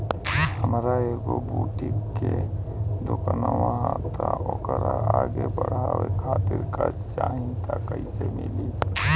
हमार एगो बुटीक के दुकानबा त ओकरा आगे बढ़वे खातिर कर्जा चाहि त कइसे मिली?